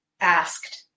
asked